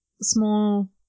small